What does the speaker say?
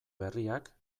berriak